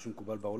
מה שמקובל בעולם.